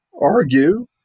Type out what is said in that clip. argue